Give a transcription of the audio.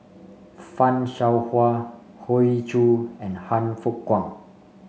Fan Shao Hua Hoey Choo and Han Fook Kwang